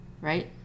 right